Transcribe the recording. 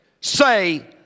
say